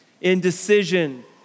Indecision